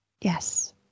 Yes